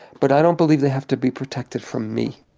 but i don't believe they have to be protected from me.